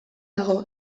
dago